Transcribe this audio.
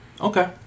Okay